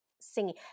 singing